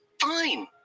Fine